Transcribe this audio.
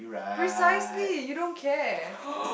precisely you don't care